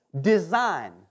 design